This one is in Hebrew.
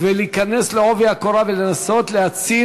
להיכנס בעובי הקורה ולנסות להציל